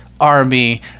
army